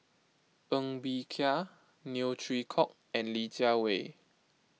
Ng Bee Kia Neo Chwee Kok and Li Jiawei